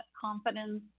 Confidence